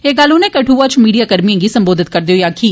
एह गल्ल उनें कदूआ च मीडिया कर्मिए गी संबोधित करदे होई आक्खी